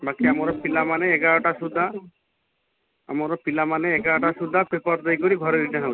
ବାକି ଆମର ପିଲାମାନେ ଏଗାରଟା ସୁଧା ଆମର ପିଲାମାନେ ଏଗାରଟା ସୁଧା ପେପର୍ ଦେଇକରି ଘରେ ରିଟର୍ଣ୍ଣ ହେଉଛି